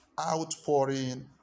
Outpouring